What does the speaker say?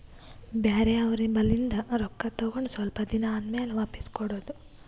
ಬ್ಯಾರೆ ಅವ್ರ ಬಲ್ಲಿಂದ್ ರೊಕ್ಕಾ ತಗೊಂಡ್ ಸ್ವಲ್ಪ್ ದಿನಾ ಆದಮ್ಯಾಲ ವಾಪಿಸ್ ಕೊಡೋದು